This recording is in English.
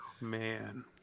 Man